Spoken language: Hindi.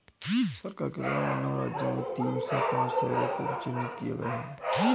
सरकार के द्वारा नौ राज्य में तीन सौ पांच शहरों को चिह्नित किया है